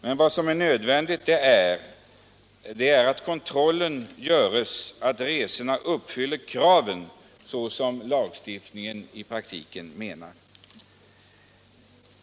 Det är emellertid nödvändigt med en kontroll av att resorna uppfyller de krav som är avsikten med lagstiftningen.